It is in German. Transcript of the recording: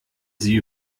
sie